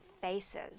faces